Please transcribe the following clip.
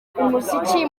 umuziki